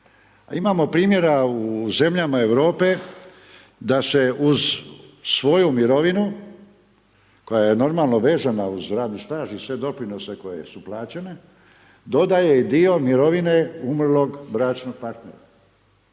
Imamo primjera u zemljama Europe da se uz svoju mirovinu, koja je normalno vezan uz radni staž i sve doprinose koje su plaćene, dodaje i dio mirovine umrlog bračnog partnera.